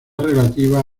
relativa